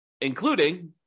including